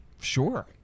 sure